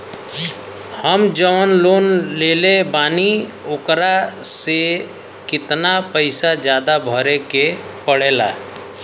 हम जवन लोन लेले बानी वोकरा से कितना पैसा ज्यादा भरे के पड़ेला?